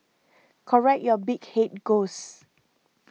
correct your big head ghost